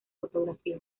fotografió